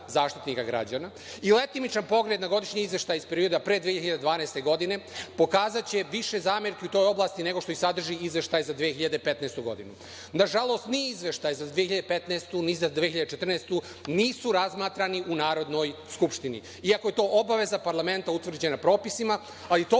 Zaštitnika građana i letimičan pogled na godišnji izveštaj iz perioda pre 2012. godine pokazaće više zamerki u toj oblasti nego što sadrži izveštaj za 2015. godinu. Na žalost ni izveštaji za 2015. godinu, ni za 2014. godinu nisu razmatrani u Narodnoj skupštini, iako je to obaveza parlamenta utvrđena propisima, ali to